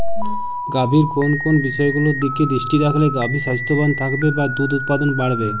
গাভীর কোন কোন বিষয়গুলোর দিকে দৃষ্টি রাখলে গাভী স্বাস্থ্যবান থাকবে বা দুধ উৎপাদন বাড়বে?